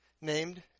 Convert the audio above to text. named